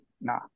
nah